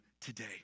today